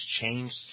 changed